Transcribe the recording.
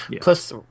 plus